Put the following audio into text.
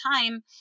time